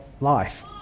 life